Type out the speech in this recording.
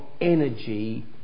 energy